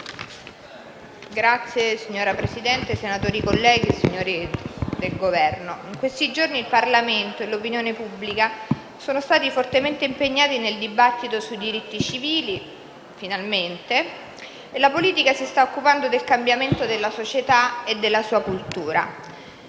*(PD)*. Signora Presidente, colleghi senatori, signori del Governo, in questi giorni il Parlamento e l'opinione pubblica finalmente sono stati fortemente impegnati nel dibattito sui diritti civili e la politica si sta occupando del cambiamento della società e della sua cultura.